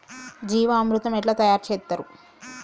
జీవామృతం ఎట్లా తయారు చేత్తరు?